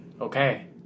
Okay